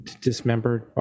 dismembered